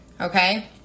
Okay